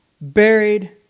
buried